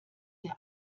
der